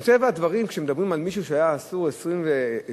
מטבע הדברים כשמדברים על מישהו שהיה אסור 26,